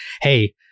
hey